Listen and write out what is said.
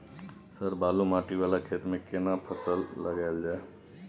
Sir बालू माटी वाला खेत में केना फसल लगायल जाय?